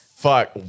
fuck